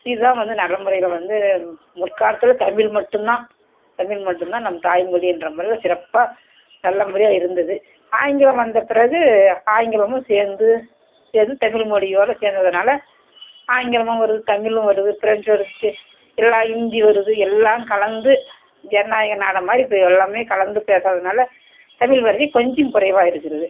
இதுதான் வந்து நடைமுறையில வந்து முற்காலத்தில் தமிழ் மட்டும்தான் தமிழ் மட்டும்தான் நம்ம தாய்மொழின்ற முறையில் சிறப்பாக நல்ல முறையாக இருந்தது ஆங்கிலம் வந்த பிறகு ஆங்கிலமும் சேர்ந்து சேர்ந்து தமிழ் மொழியோட சேர்ந்ததுனால ஆங்கிலமும் வருது தமிழும் வருது ஃப்ரெஞ்ச் வருது தே எல்லா ஹிந்தி வருது எல்லாம் கலந்து ஜனநாயக நாடு மாதிரி இப்போ எல்லாமே கலந்து பேசுகிறதுனால தமிழ் மொழி கொஞ்சம் குறைவாக இருக்கிறது